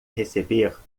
receber